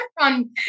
on